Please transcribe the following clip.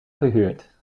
gehuurd